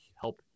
help